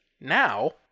Now